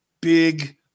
big